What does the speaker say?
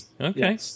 Okay